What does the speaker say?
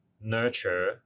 nurture